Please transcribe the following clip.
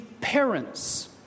parents